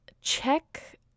check